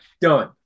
done